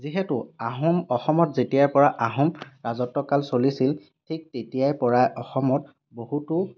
যিহেতু আহোম অসমত যেতিয়াৰ পৰা আহোম ৰাজত্বকাল চলিছিল ঠিক তেতিয়াৰ পৰা অসমত বহুতো